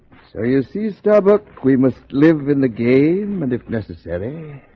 so you see starbuck we must live in the game and if necessary